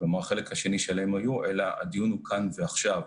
החלק השני של ה-MOU, אלא הדיון הוא כאן ועכשיו.